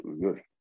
good